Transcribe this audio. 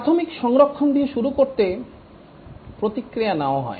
প্রাথমিক সংস্করণ দিয়ে শুরু করতে প্রতিক্রিয়া নেওয়া হয়